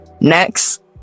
next